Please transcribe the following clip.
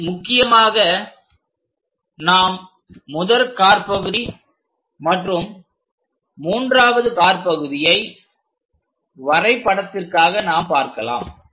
இதில் முக்கியமாக நாம் முதற்காற்பகுதி மற்றும் மூன்றாவது காற்பகுதியை வரைபடத்திற்காக நாம் பார்க்கலாம்